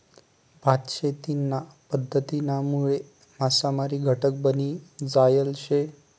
भात शेतीना पध्दतीनामुळे मासामारी घटक बनी जायल शे